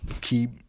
Keep